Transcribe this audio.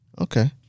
okay